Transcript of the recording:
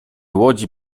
łodzi